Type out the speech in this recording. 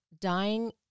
dying